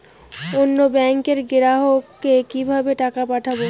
অন্য ব্যাংকের গ্রাহককে কিভাবে টাকা পাঠাবো?